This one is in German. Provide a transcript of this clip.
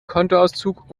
kontoauszug